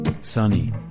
sunny